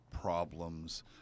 problems